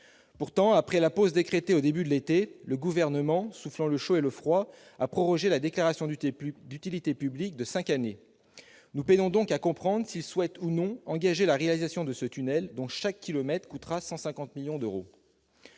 Pourtant, après la pause décrétée au début de l'été, le Gouvernement, soufflant le chaud et le froid, a prorogé la déclaration d'utilité publique de cinq années. Nous peinons donc à comprendre s'il souhaite ou non engager la réalisation de ce tunnel, dont chaque kilomètre coûtera 150 millions d'euros.